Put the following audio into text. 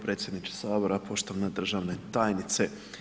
Predsjedniče Sabora poštovana državna tajnice.